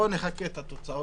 בוא נחכה לתוצאות,